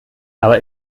aber